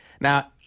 Now